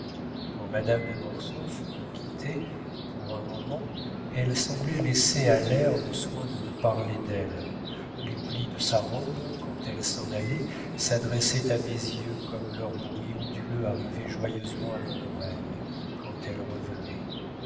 quand madame de mortsauf me quittait pour un moment elle semblait laisser à l'air le soin de me parler d'elle les plis de sa robe quand elle s'en allait s'adressaient à mes yeux comme leur bruit onduleux arrivait joyeusement à mon oreille quand elle revenait